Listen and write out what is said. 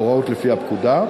הוראות לפי הפקודה,